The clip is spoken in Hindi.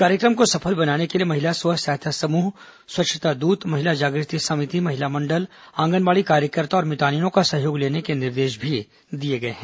कार्यक्रम को सफल बनाने के लिए महिला स्व सहायता समूह स्वच्छता दूत महिला जागृति समिति महिला मंडल आंगनबाड़ी कार्यकर्ता और मितानिनों का सहयोग लेने का निर्देश भी दिया गया है